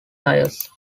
tires